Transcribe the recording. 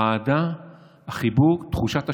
האהדה, החיבוק, תחושת השליחות.